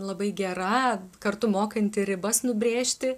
labai gera kartu mokanti ribas nubrėžti